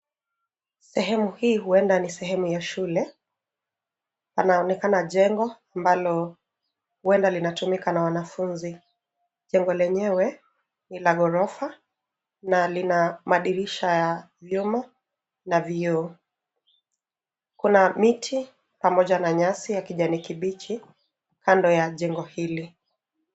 Sehemu hii huenda ni sehemu ya shule panaonekana jengo ambalo huenda linatumika na wanafunzi. Jengo lenyewe ni la ghorofa na lina madirisha ya vyuma na vioo. Kuna miti pamoja na nyasi ya kijani kibichi kando ya jengo hili.